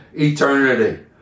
eternity